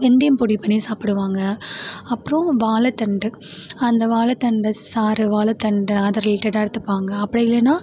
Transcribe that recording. வெந்தயம் பொடி பண்ணி சாப்பிடுவாங்க அப்புறம் வாழைத்தண்டு அந்த வாழைத்தண்ட சாறு வாழைத்தண்டு அதை ரிலேட்டடாக எடுத்துப்பாங்கள் அப்படி இல்லைன்னா